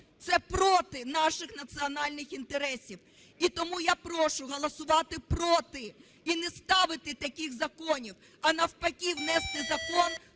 це проти наших національних інтересів. І тому я прошу голосувати проти і не ставити таких законів, а навпаки внести закон